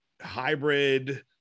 hybrid